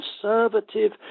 conservative